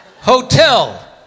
Hotel